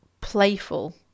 playful